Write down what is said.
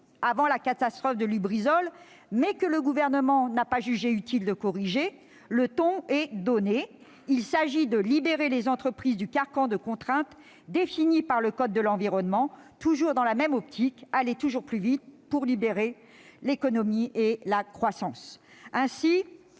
avant la catastrophe de Lubrizol, mais que le Gouvernement n'a pas jugé utile de corriger, le ton est donné. Il s'agit de libérer les entreprises du carcan de contraintes définies par le code de l'environnement, toujours dans la même optique : aller toujours plus vite pour libérer l'économie et la croissance.